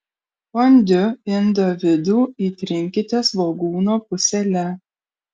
fondiu indo vidų įtrinkite svogūno pusele